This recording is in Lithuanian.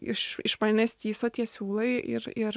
iš iš manęs tįso tie siūlai ir ir